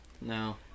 No